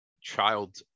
child